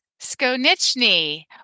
Skonichny